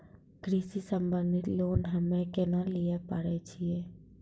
कृषि संबंधित लोन हम्मय केना लिये पारे छियै?